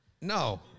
No